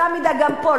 אותה מידה גם פה.